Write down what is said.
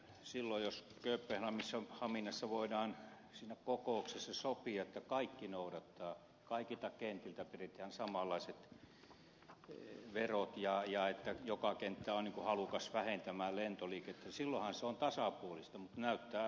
silloin jos kööpenhaminassa voidaan siinä kokouksessa sopia että kaikki noudattavat kaikilta kentiltä peritään samanlaiset verot ja että joka kenttä on halukas vähentämään lentoliikennettä niin silloinhan se on tasapuolista mutta näyttää olevan niin kuin ed